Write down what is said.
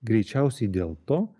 greičiausiai dėl to